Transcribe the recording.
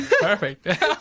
Perfect